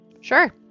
Sure